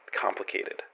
complicated